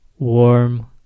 Warm